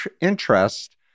interest